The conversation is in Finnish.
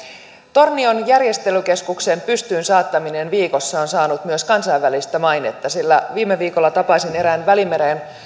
tornion järjestelykeskuksen pystyynsaattaminen viikossa on saanut myös kansainvälistä mainetta viime viikolla tapasin erään välimeren